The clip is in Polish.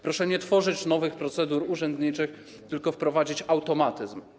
Proszę nie tworzyć nowych procedur urzędniczych, tylko wprowadzić automatyzm.